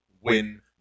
win